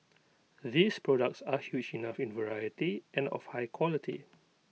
these products are huge enough in variety and of high quality